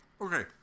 Okay